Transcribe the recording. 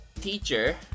teacher